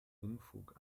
unfug